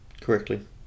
correctly